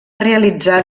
realitzar